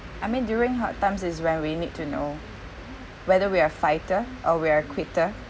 I mean during hard times is when we need to know whether we are fighter or we're quitter